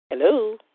Hello